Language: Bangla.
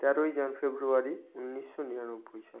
তেরোই জান ফেব্রুয়ারি উন্নিশশো নিরানব্বই সাল